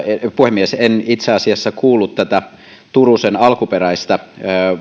puhemies en itse asiassa kuullut tätä turusen alkuperäistä